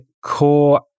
core